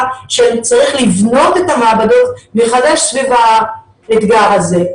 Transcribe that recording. שצריך לבנות את המעבדות מחדש סביב האתגר הזה.